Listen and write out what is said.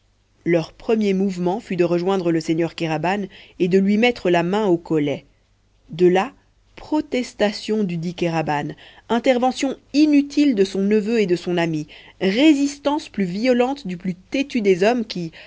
leur premier mouvement fut de rejoindre le seigneur kéraban et de lui mettre la main au collet de là protestation dudit kéraban intervention inutile de son neveu et de son ami résistance plus violente du plus têtu des hommes qui